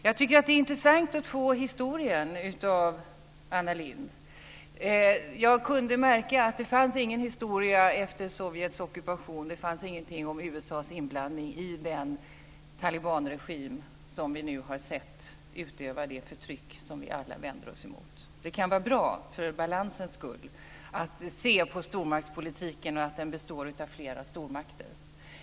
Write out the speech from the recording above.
Jag tycker att det är intressant att få historien av Anna Lindh. Jag kunde märka att det inte fanns någon historia efter Sovjets ockupation. Det fanns ingenting om USA:s inblandning i den talibanregim som vi nu har sett utöva det förtryck som vi alla vänder oss emot. Det kan vara bra för balansens skull att se på stormaktspolitiken och se att den består av flera stormakter.